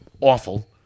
awful